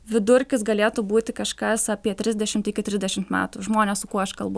vidurkis galėtų būti kažkas apie trisdešimt iki trisdešimt metų žmonės su kuo aš kalbu